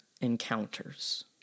encounters